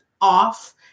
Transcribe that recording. off